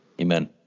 Amen